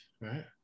right